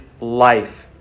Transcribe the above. life